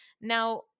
Now